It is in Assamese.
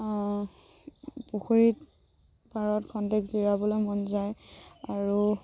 অঁ পুখুৰীত পাৰত খন্তেক জিৰাবলৈ মন যায় আৰু